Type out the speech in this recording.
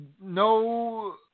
no